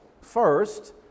First